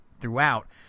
throughout